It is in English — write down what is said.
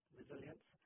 resilience